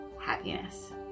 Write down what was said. happiness